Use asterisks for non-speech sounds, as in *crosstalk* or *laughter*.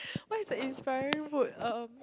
*breath* what is an inspiring book um